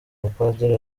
bapadiri